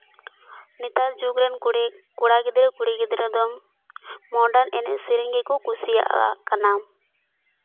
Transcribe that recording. ᱱᱮᱛᱟᱨ ᱡᱩᱜᱽ ᱨᱮᱱ ᱠᱩᱲᱤᱼᱠᱚᱲᱟ ᱜᱤᱫᱽᱨᱟᱹ ᱠᱩᱲᱤ ᱜᱤᱫᱽᱨᱟᱹ ᱫᱚ ᱢᱚᱰᱟᱨᱱ ᱮᱱᱮᱡ ᱥᱮᱨᱮᱧ ᱜᱮᱠᱚ ᱠᱩᱥᱤᱭᱟᱜ ᱠᱟᱱᱟ